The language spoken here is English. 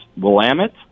Willamette